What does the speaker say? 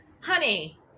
Honey